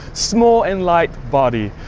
small and light body,